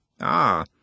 Ah